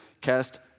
cast